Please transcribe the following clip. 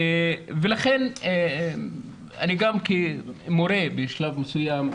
לכן אני גם כמורה בשלב מסוים,